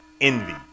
Envy